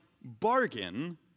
bargain